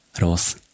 Ros